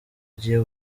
agiye